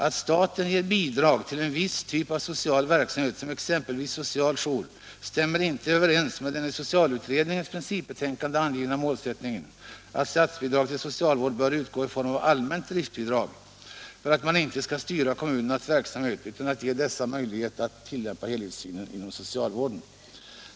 Att staten ger bidrag till en viss typ av social verksamhet som exempelvis social jour stämmer inte överens med den i socialutredningens principbetänkande angivna målsättningen att statsbidrag till socialvård bör utgå i form av allmänt driftbidrag för att man inte skall styra kommunernas verksamhet utan ge dessa möjlighet att tillämpa helhetssynen inom socialvården.